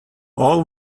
all